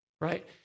right